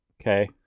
Okay